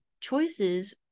choices